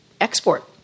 export